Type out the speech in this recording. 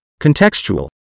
contextual